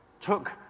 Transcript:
took